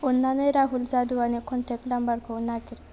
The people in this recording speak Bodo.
अन्नानै राहुल जादुआनि कन्टेक्ट नाम्बारखौ नागिर